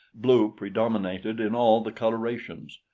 blue predominated in all the colorations.